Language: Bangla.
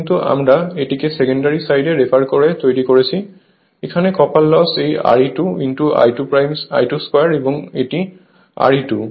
কিন্তু আমরা এটিকে সেকেন্ডারি সাইডে রেফার করে তৈরি করেছি এখানে কপার লস এই Re2 I2 2 এবং এটি Re2